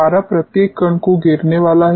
पारा प्रत्येक कण को घेरने वाला है